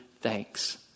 thanks